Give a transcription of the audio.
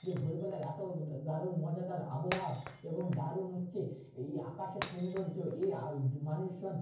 যে ভোরবেলার এত দারুণ মজাদার আবহাওয়া এবং দারুণ হচ্ছে এই আকাশের সৌন্দর্য এই যু মানুষজন